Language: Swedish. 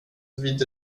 vid